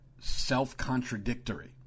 self-contradictory